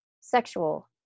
sexual